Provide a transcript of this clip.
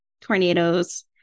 tornadoes